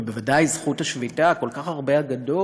ובוודאי את זכות השביתה, כל כך הרבה אגדות